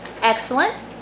excellent